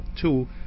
two